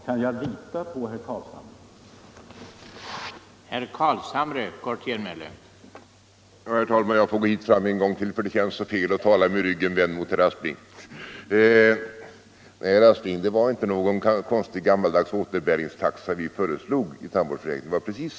Kan jag lita på herr Carlshamre i det avseendet?